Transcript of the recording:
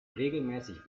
regelmäßig